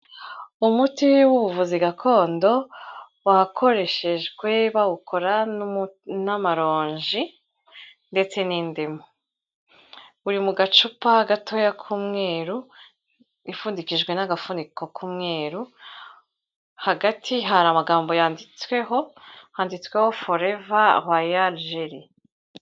Umuti w'ubuvuzi gakondo wakoreshejwe, bawukora n'amaronji ndetse n'indimu .Uri mu gacupa gato k'umweru ,ipfundikijwe n'agafuniko k'umweru ,hagati hari amagambo yanditsweho handitsweho forever royal jelly.